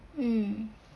mm